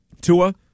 Tua